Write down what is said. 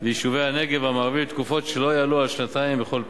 ויישובי הנגב המערבי לתקופות שלא יעלו על שנתיים בכל פעם.